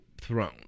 throne